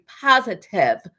positive